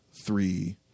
three